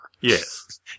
Yes